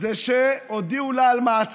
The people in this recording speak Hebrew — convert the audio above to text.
זה שהודיעו לה על מעצרה.